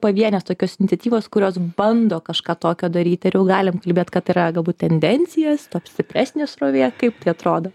pavienės tokios iniciatyvos kurios bando kažką tokio daryti ar jau galim kalbėt kad yra galbūt tendencijos stipresnė srovė kaip tai atrodo